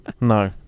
No